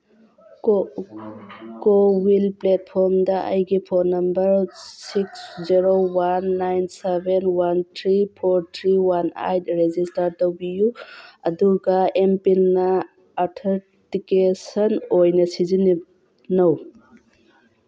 CoWIN ꯄ꯭ꯂꯦꯠꯐꯣꯝꯗ ꯑꯩꯒꯤ phone number six zero one nine seven one three four three one eight register ꯇꯧꯕꯤꯌꯨ ꯑꯗꯨꯒ M ꯄꯤꯟꯅ authentication ꯑꯣꯏꯅ ꯁꯤꯖꯤꯟꯅꯧ